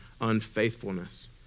unfaithfulness